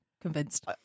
convinced